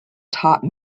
top